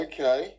Okay